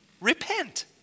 repent